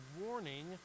warning